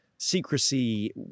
secrecy